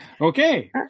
Okay